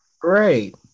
Great